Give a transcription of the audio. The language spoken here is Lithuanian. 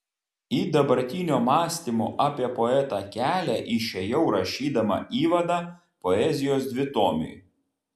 į dabartinio mąstymo apie poetą kelią išėjau rašydama įvadą poezijos dvitomiui